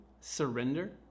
surrender